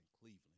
Cleveland